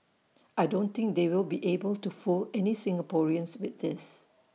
I don't think they will be able to fool any Singaporeans with this